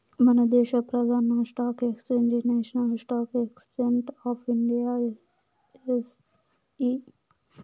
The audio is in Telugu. మనదేశ ప్రదాన stock exchange national stock exchange of India NSE